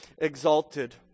exalted